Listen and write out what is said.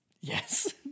Yes